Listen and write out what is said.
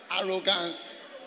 arrogance